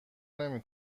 نمی